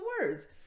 words